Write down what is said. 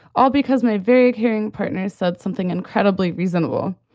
all because my very caring partners said something incredibly reasonable.